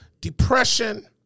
depression